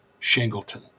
Shingleton